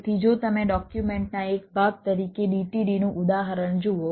તેથી જો તમે ડોક્યુમેન્ટના એક ભાગ તરીકે DTD નું ઉદાહરણ જુઓ